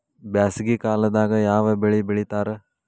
ಬ್ಯಾಸಗಿ ಕಾಲದಾಗ ಯಾವ ಬೆಳಿ ಬೆಳಿತಾರ?